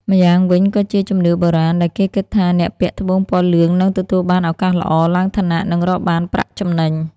ម្យ៉ាងវិញក៏ជាជំនឿបុរាណ ដែលគេគិតថាអ្នកពាក់ត្បូងពណ៌លឿងនឹងទទួលបានឱកាសល្អ ឡើងឋានៈ និងរកបានប្រាក់ចំណេញ។